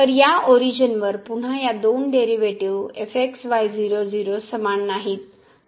तर या ओरिजिन वर पुन्हा या दोन डेरीवेटीव हे समान नाहीत